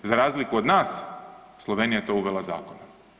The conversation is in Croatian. Za razliku od nas Slovenija je to uvela zakonom.